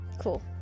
cool